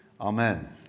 Amen